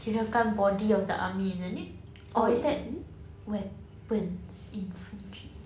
kirakan body of the army isn't it or is that weapons infantry